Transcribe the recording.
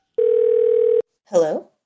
Hello